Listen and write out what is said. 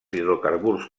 hidrocarburs